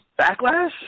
Backlash